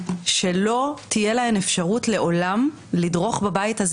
שלעולם לא תהיה להן אפשרות לדרוך בבית הזה